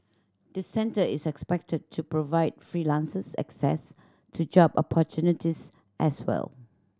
the centre is expected to provide freelancers access to job opportunities as well